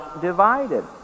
divided